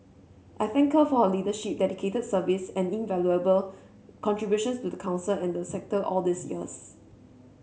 I thank her for her leadership dedicated service and invaluable contributions to the Council and the sector all these years